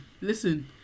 Listen